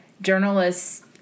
journalists